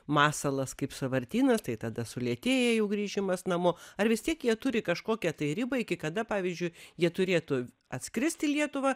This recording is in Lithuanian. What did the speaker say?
masalas kaip sąvartynas tai tada sulėtėja jų grįžimas namo ar vis tiek jie turi kažkokią tai ribą iki kada pavyzdžiui jie turėtų atskrist į lietuvą